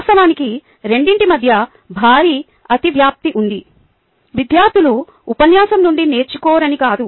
వాస్తవానికి రెండింటి మధ్య భారీ అతివ్యాప్తి ఉంది విద్యార్థులు ఉపన్యాసం నుండి నేర్చుకోరని కాదు